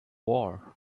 war